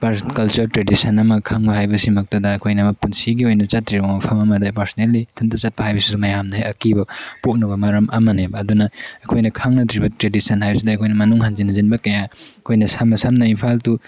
culture tradition ꯑꯃ ꯈꯪꯕ ꯍꯥꯏꯕꯁꯤꯃꯛꯇꯗ ꯑꯩꯈꯣꯏꯅ ꯄꯨꯟꯁꯤꯒꯤ ꯑꯣꯏꯅ ꯆꯠꯇ꯭ꯔꯤꯕ ꯃꯐꯝ ꯑꯃꯗ ꯄꯔꯁꯅꯦꯜꯂꯤ ꯏꯊꯟꯇ ꯆꯠꯄ ꯍꯥꯏꯕꯁꯤꯁꯨ ꯃꯌꯥꯝꯗ ꯑꯀꯤꯕ ꯄꯣꯛꯅꯕ ꯃꯔꯝ ꯑꯃꯅꯦꯕ ꯑꯗꯨꯅ ꯑꯩꯈꯣꯏꯅ ꯈꯪꯅꯗ꯭ꯔꯤꯕ ꯇ꯭ꯔꯦꯗꯤꯁꯟ ꯍꯥꯏꯕꯁꯤꯗ ꯑꯩꯈꯣꯏꯅ ꯃꯅꯨꯡ ꯍꯟꯖꯤꯟ ꯍꯟꯖꯤꯟꯕ ꯀꯌꯥ ꯑꯩꯈꯣꯏꯅ ꯁꯝꯅ ꯁꯝꯅ ꯏꯝꯐꯥꯜ ꯇꯨ